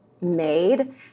made